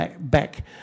back